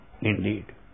indeed